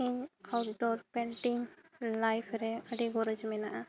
ᱤᱧ outdoor painting life ᱨᱮ ᱟᱹᱰᱤ ᱜᱚᱨᱚᱡᱽ ᱢᱮᱱᱟᱜᱼᱟ